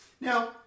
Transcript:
Now